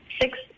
Six